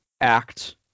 act